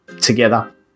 together